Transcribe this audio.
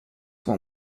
one